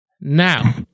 Now